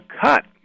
cut